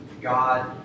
God